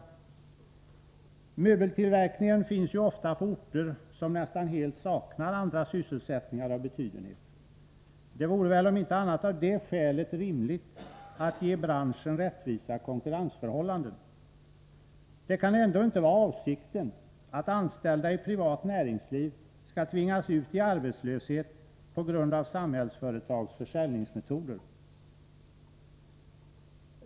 Möbeltillverkningen finns ju ofta på orter som nästan helt saknar andra sysselsättningar av betydenhet. Det vore väl — om inte annat av det skälet — rimligt att ge branschen rättvisa konkurrensförhållanden. Det kan ändå inte vara avsikten att anställda i privat näringsliv skall tvingas ut i arbetslöshet på grund av Samhällsföretags försäljningsmetoder.